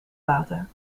water